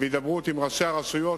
והידברות עם ראשי הרשויות,